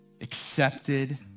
accepted